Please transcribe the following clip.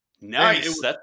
Nice